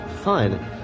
Fine